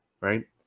right